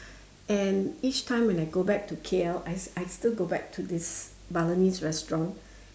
and each time when I go back to K_L I I still go back to this Balinese restaurant